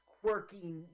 quirky